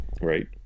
right